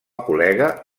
col·lega